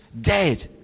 dead